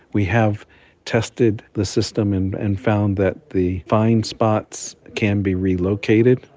we have tested the system and and found that the find spots can be relocated.